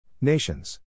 Nations